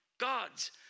God's